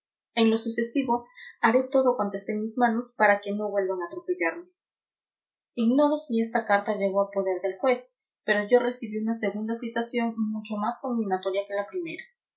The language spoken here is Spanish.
en lo sucesivo haré todo cuanto esté en mis manos para que no vuelvan a atropellarme ignoro si esta carta llegó a poder del juez pero yo recibí una segunda citación mucho más conminatoria que la primera